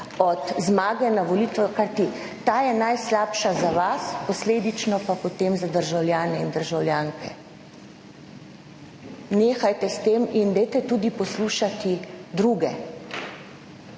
od zmage na volitvah, kajti ta je najslabša za vas, posledično pa potem za državljane in državljanke. Nehajte s tem in dajte tudi poslušati druge.